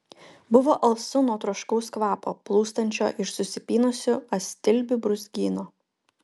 buvo alsu nuo troškaus kvapo plūstančio iš susipynusių astilbių brūzgyno